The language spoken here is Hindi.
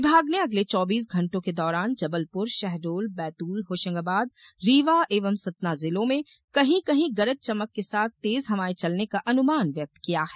विभाग ने अगले चौबीस घंटों के दौरान जबलपुर शहडोल बैतूल होशंगाबाद रीवा एवं सतना जिलों में कहीं कहीं गरज चमक के साथ तेज हवाएं चलने का अनुमान व्यक्त किया है